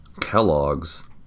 Kellogg's